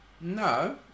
No